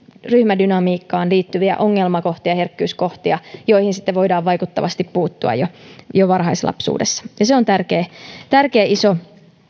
ryhmädynamiikkaan liittyviä ongelmakohtia herkkyyskohtia joihin sitten voidaan vaikuttavasti puuttua jo varhaislapsuudessa ja se on tärkeä tärkeä iso